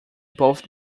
both